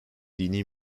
dini